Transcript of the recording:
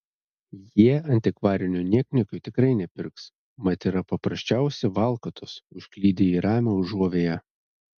jie antikvarinių niekniekių tikrai nepirks mat yra paprasčiausi valkatos užklydę į ramią užuovėją